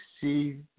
see